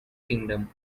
kingdom